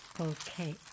Okay